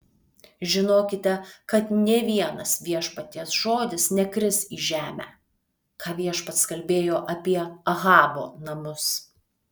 žinokite kad nė vienas viešpaties žodis nekris į žemę ką viešpats kalbėjo apie ahabo namus